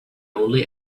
only